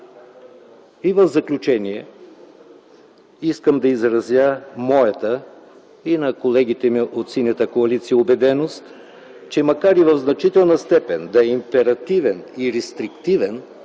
В заключение искам да изразя моята и на колегите ми от Синята коалиция убеденост, че макар и в значителна степен да е императивен и рестриктивен